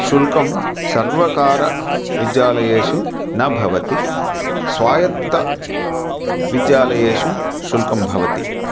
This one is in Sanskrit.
शुल्कं सर्वकारविद्यालयेषु न भवति स्वायत्तविद्यालयेषु शुल्कं भवति